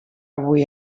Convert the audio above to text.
avui